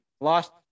lost